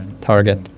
target